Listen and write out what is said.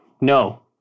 No